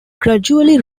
gradually